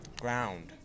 Ground